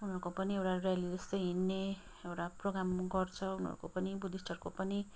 उनीहरूको पनि एउटा र्याली जस्तै हिँड्ने एउटा प्रोग्राम गर्छ उनीहरूको पनि बुद्धिस्टहरूको पनि